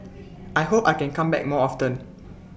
I hope I can come back more often